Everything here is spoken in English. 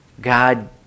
God